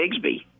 Bigsby